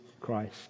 Christ